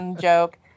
joke